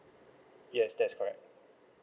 yes that's correct